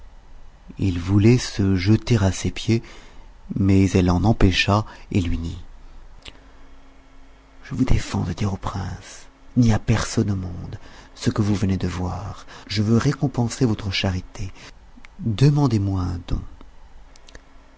il voulait se jeter à ses pieds mais elle l'en empêcha et lui dit je vous défends de dire au prince ni à personne au monde ce que vous venez de voir je veux récompenser votre charité demandez-moi un don